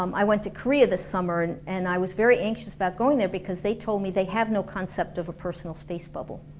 um i went to korea this summer and i was very anxious about going there because they told me they have no concept of a personal space bubble